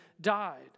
died